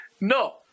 No